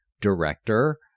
director